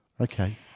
Okay